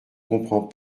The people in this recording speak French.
comprends